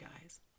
guys